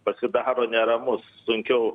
pasidaro neramus sunkiau